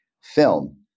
film